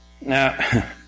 Now